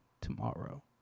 tomorrow